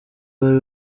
bari